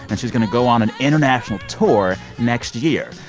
and she's going to go on an international tour next year.